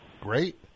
Great